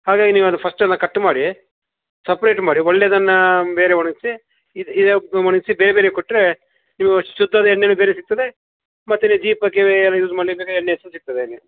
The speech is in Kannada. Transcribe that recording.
ಹಾಗಾಗಿ ನೀವು ಅದು ಫಸ್ಟ್ ಎಲ್ಲ ಕಟ್ ಮಾಡಿ ಸಪ್ರೇಟ್ ಮಾಡಿ ಒಳ್ಳೆದನ್ನು ಬೇರೆ ಒಣಗ್ಸಿ ಇದು ಇದೆ ಒಣಗ್ಸಿ ಬೇರೆಬೇರೆ ಕೊಟ್ಟರೆ ನೀವು ಶುದ್ಧದ್ದು ಎಣ್ಣೆನು ಬೇರೆ ಸಿಗ್ತದೆ ಮತ್ತೆ ನೀವು ದೀಪಕ್ಕೆ ಬೇರೆ ಏನು ಯೂಸ್ ಮಾಡಲಿಕ್ಕೆ ಎಣ್ಣೆ ಸಹ ಸಿಗ್ತದೆ ಇಲ್ಲಿ